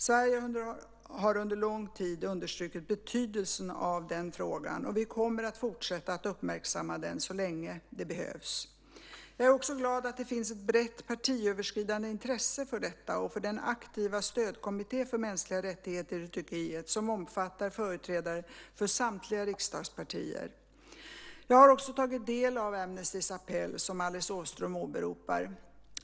Sverige har under lång tid understrukit betydelsen av denna fråga, och vi kommer att fortsätta att uppmärksamma den så länge det behövs. Jag är också glad att det finns ett brett partiöverskridande intresse för detta och för den aktiva stödkommittén för mänskliga rättigheter i Turkiet, som omfattar företrädare för samtliga riksdagspartier. Jag har också tagit del av Amnestys appell, som Alice Åström åberopar.